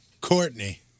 Courtney